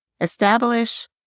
Establish